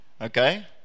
Okay